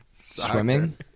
Swimming